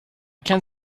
can